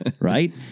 right